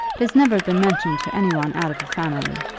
it has never been mentioned to any one out of the family.